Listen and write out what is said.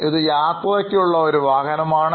ഇത് ഒരു യാത്രയ്ക്കുള്ള വാഹനമാണ്